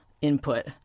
input